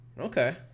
Okay